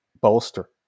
bolster